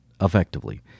effectively